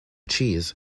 cheese